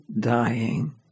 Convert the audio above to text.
dying